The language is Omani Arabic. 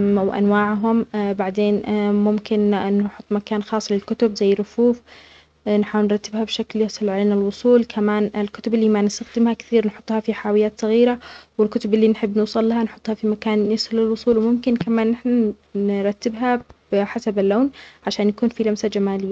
وأنواعهم بعدين ممكن نحط مكان خاص للكتب زي الرفوف نحاول نرتبها بشكل يسهل علينا الوصول كمان الكتب اللي ما نستخدمها كثير نحطها في حاويات صغيرة والكتب اللي نحب نوصل لها نحطها في مكان يسهل للوصول وممكن كمان نحن ن-نرتبها بحسب اللون عشان يكون في لمسة جمالية